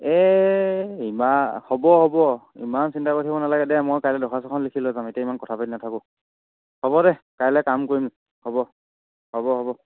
এই ইমা হ'ব হ'ব ইমান চিন্তা কৰি থাকিব নেলাগে দে মই কাইলৈ দৰ্খাস্তখন লিখি লৈ যাম এতিয়া ইমান কথা পাতি নাথাকোঁ হ'ব দে কাইলৈ কাম কৰিম হ'ব হ'ব হ'ব